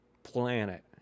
planet